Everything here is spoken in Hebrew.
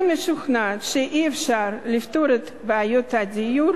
אני משוכנעת שאי-אפשר לפתור את בעיות הדיור